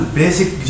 basic